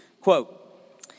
Quote